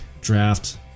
draft